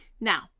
Now